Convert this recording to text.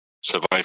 survive